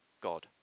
God